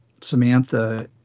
Samantha